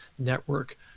network